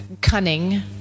cunning